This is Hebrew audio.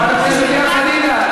חברת הכנסת לאה פדידה,